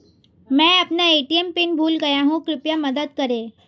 मैं अपना ATM PIN भूल गया हूँ कृपया मदद करें